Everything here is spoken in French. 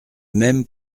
même